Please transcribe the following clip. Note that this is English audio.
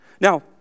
Now